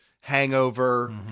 hangover